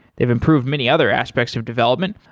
they've improved many other aspects of development,